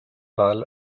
pâle